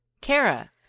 Kara